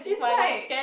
is like